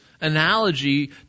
analogy